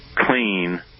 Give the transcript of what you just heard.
clean